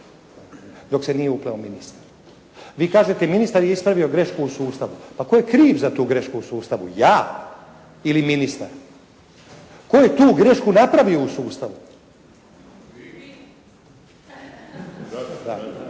dok se nije upleo ministar. Vi kažete ministar je ispravio grešku u sustavu. Pa tko je kriv za tu grešku u sustavu? Ja ili ministar? Tko je tu grešku napravio u sustavu? Tu ne